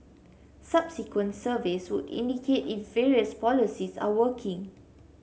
subsequent surveys would indicate if various policies are working